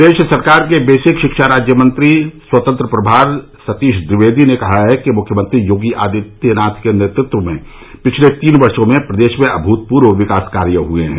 प्रदेश सरकार के बेसिक शिक्षा राज्य मंत्री स्वतंत्र प्रभार सतीश द्विवेदी ने कहा कि मुख्यमंत्री योगी आदित्यनाथ के नेतृत्व में पिछले तीन वर्षो में प्रदेश में अभूतपूर्व विकास कार्य हुए हैं